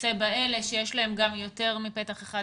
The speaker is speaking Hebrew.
וכיוצא באלה שיש להם גם יותר מפתח אחד,